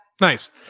nice